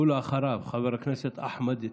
ואחריו, חבר הכנסת אחמד טיבי,